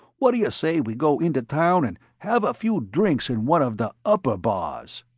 what'd you say we go into town and have a few drinks in one of the upper bars?